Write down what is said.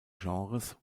genres